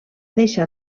deixar